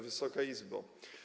Wysoka Izbo!